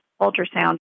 ultrasound